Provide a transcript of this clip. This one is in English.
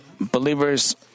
believers